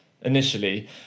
initially